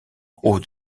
haut